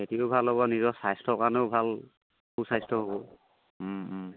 খেতিও ভাল হ'ব নিজৰ স্বাস্থ্য কাৰণেও ভাল সুস্বাস্থ্য হ'ব